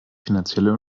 finanzielle